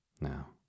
Now